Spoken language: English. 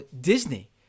Disney